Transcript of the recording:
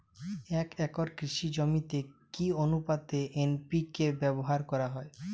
এক একর কৃষি জমিতে কি আনুপাতে এন.পি.কে ব্যবহার করা হয়?